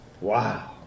Wow